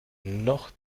noch